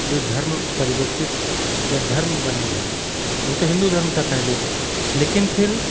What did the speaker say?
जो धर्म परिवर्तित या धर्म बने हैं वो तो हिन्दू धर्म था पहले लेकिन फिर